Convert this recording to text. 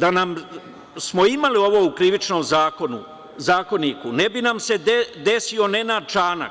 Da smo imali ovo u Krivičnom zakoniku, ne bi nam se desio Nenad Čanak